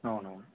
అవునవును